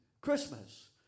Christmas